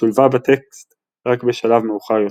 ששולבה בטקסט רק בשלב מאוחר יותר.